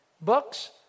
books